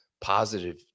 positive